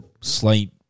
slight –